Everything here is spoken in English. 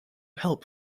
help